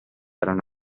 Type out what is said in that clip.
erano